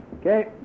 okay